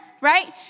Right